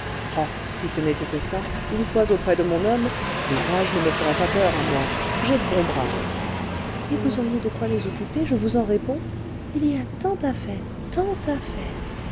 si ce n'était que ça une fois auprès de mon homme l'ouvrage ne me ferait pas peur à moi j'ai de bons bras et vous auriez de quoi les occuper je vous en réponds il y a tant à faire tant à faire